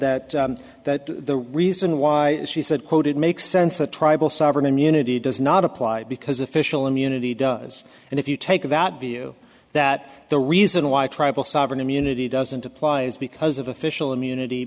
that that the reason why she said quote it makes sense a tribal sovereign immunity does not apply because official immunity does and if you take that view that the reason why tribal sovereign immunity doesn't apply is because of official immunity